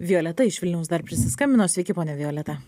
violeta iš vilniaus dar prisiskambino sveiki ponia violeta